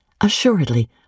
Assuredly